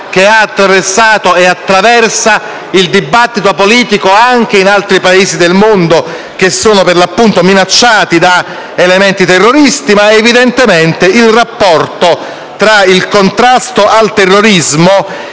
che ha attraversato e attraversa il dibattito politico anche in altri Paesi del mondo, che sono per l'appunto minacciati da elementi terroristi. Evidentemente, il rapporto tra il contrasto al terrorismo